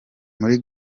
muri